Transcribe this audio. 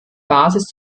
basis